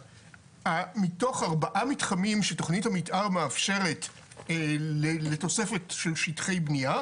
מתוך ארבע מתחמים שתכנית המתאר מאפשרת לתוספת של שטחי בנייה,